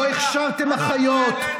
לא הכשרתם אחיות.